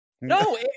No